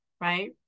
right